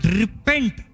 repent